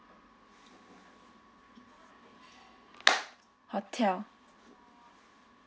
hotel